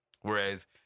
Whereas